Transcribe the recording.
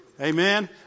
Amen